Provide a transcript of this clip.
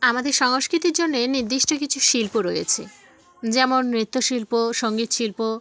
আমাদের সংস্কিতির জন্যে নিদিষ্ট কিছু শিল্প রয়েছে যেমন নৃত্য শিল্প সংগীত শিল্প